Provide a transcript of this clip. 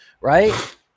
Right